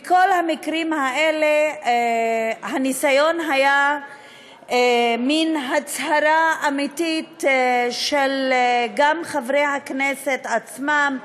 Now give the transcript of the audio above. בכל המקרים האלה הניסיון היה מין הצהרה אמיתית גם של חברי הכנסת עצמם,